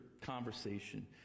conversation